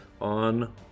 on